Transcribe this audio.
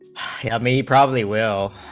he i mean he probably will